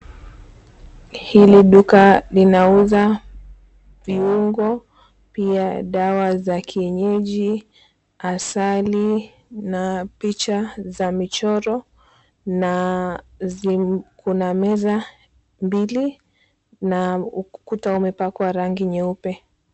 Hili duka linauza viungo pia dawa za kienyeji, asali na picha za michoro na kuna meza mbili na ukuta umepakwa rangi nyeupe.